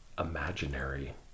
Imaginary